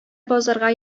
базарга